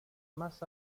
más